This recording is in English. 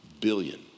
billion